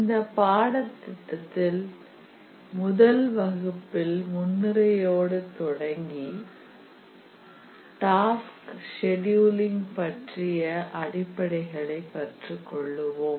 இந்த பாடத்திட்டத்தில் முதல் வகுப்பில் முன்னுரையோடு தொடங்கி டாஸ்க் செடியூலிங் பற்றிய அடிப்படைகளை கற்றுக்கொள்வோம்